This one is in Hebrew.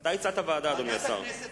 אתה הצעת ועדה, אדוני השר.